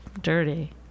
dirty